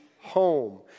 home